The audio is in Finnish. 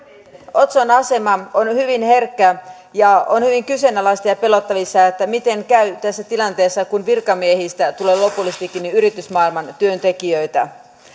otson asema on hyvin herkkä ja on hyvin kyseenalaista ja ja pelättävissä miten käy tässä tilanteessa kun virkamiehistä tulee lopullisestikin yritysmaailman työntekijöitä